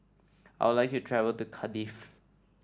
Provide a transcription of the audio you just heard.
I would like to travel to Cardiff